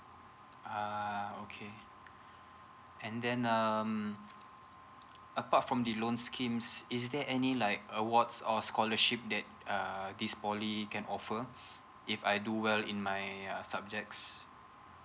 ah okay and then um apart from the loan schemes is there any like awards or scholarship that uh this poly can offer if I do well in my uh subjects